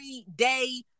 everyday